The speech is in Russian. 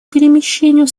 перемещению